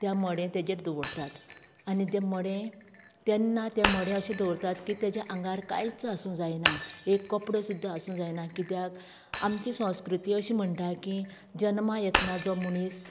त्या मडें तेजेर दवरतात आनी तें मडें तेन्ना तें मडें अशें दवरतात की तेजें आंगार कांयच आसूंक जायना एक कपडो सुद्दां आसूंक जायना कित्याक आमची संस्कृती अशी म्हणटा की जल्मा येतना जो मनीस